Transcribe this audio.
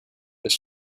this